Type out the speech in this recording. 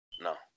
no